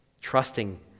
trusting